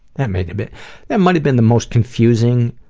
that might but that might have been the most confusing,